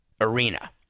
arena